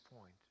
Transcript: point